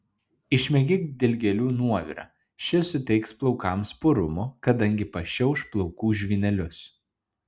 išmėgink dilgėlių nuovirą šis suteiks plaukams purumo kadangi pašiauš plaukų žvynelius